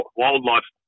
wildlife